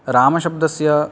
राम शब्दस्य